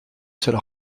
seule